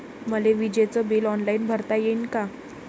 मले विजेच bill online भरता येईन का?